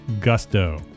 Gusto